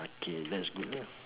okay that's good lah